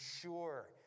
sure